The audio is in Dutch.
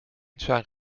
zijn